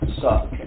suck